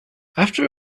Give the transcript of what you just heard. after